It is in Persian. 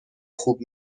خوب